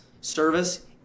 service